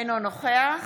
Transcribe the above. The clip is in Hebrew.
אינו נוכח